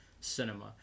cinema